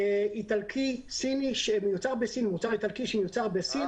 מוצר איטלקי שמיוצר בסין,